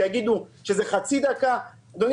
שיגידו שזה חצי דקה של התרעה.